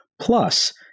Plus